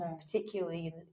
particularly